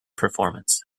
performance